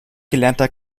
gelernter